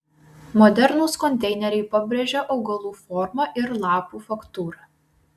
modernūs konteineriai pabrėžia augalų formą ir lapų faktūrą